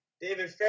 David